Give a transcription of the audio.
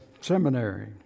seminary